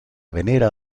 venera